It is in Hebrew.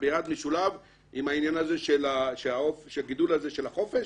ביד משולב עם העניין הזה של הגידול הזה של החופש